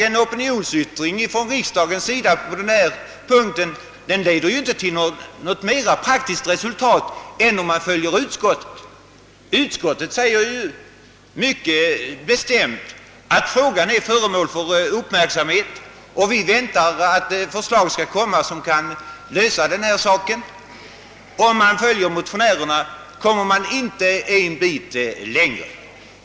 En opinionsyttring från riksdagen på den punkten leder inte till något mera praktiskt resultat än om man följer utskottet, som mycket bestämt framhåller att frågan är föremål för uppmärksamhet. - Vi väntar att förslag skall komma som kan lösa detta problem. Om man följer motionärerna når man inte en bit längre.